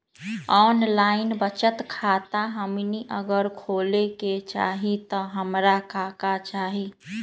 Online बचत खाता हमनी अगर खोले के चाहि त हमरा का का चाहि?